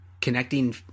connecting